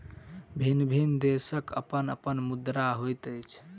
भिन्न भिन्न देशक अपन अपन मुद्रा होइत अछि